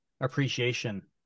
appreciation